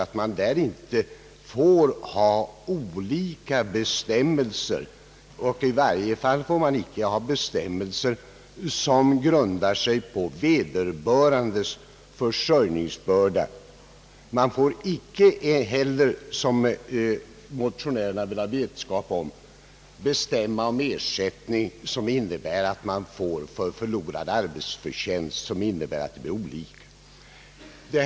Man får inte ha olika bestämmelser; i varje fall får man inte ha bestämmelser som grundar sig på vederbörandes försörjningsbörda. Man får inte heller, vilket motionärerna bör ha vetskap om, bestämma om ersättning som innebär att vederbörande kompenseras för förlorad arbetsförtjänst, vilket leder till att ersättningarna blir olika stora.